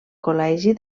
col·legi